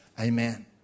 Amen